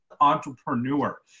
entrepreneur